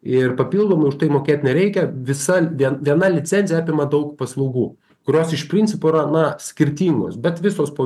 ir papildomų už tai mokėt nereikia visa vien viena licencija apima daug paslaugų kurios iš principo yra na skirtingos bet visos po